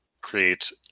create